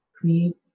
create